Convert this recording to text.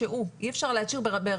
אי אפשר להשאיר את המצב כמו שהוא.